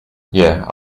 yeah